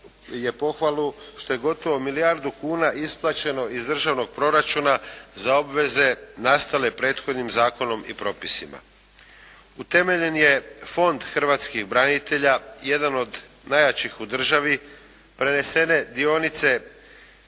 je pohvalu što je gotovo milijardu kuna isplaćeno iz Državnog proračuna za obveze nastale prethodnim zakonom i propisima. Utemeljen je Fond hrvatskih branitelja. Jedan od najjačih u državi. Prenesene dionice